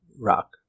rock